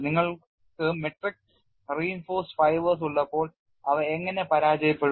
നിങ്ങൾക്ക് matrix reinforced fibres ഉള്ളപ്പോൾ അവ എങ്ങനെ പരാജയപ്പെടും